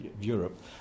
Europe